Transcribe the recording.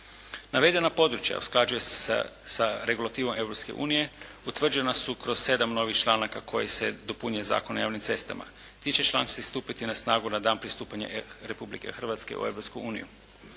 Navedena područja usklađuju se sa regulativom Europske unije, utvrđena su kroz 7 novih članaka kojim se dopunjuje Zakonom o javnim cestama. Ti će članci stupiti na snagu na dan pristupanja Republike Hrvatske u